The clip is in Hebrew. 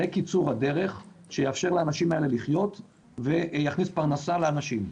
זה קיצור הדרך שיאפשר לאנשים האלה לחיות ויכניס פרנסה לאנשים.